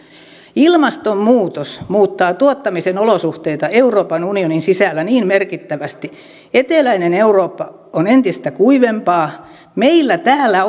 ilmastonmuutos muuttaa tuottamisen olosuhteita euroopan unionin sisällä niin merkittävästi eteläinen eurooppa on entistä kuivempaa meillä täällä